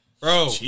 Bro